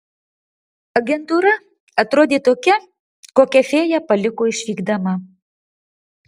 agentūra atrodė tokia kokią fėja paliko išvykdama